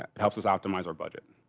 ah helps us optimize our budget.